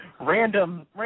Random